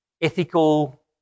ethical